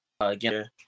again